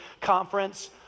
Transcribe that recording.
Conference